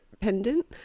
pendant